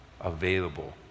available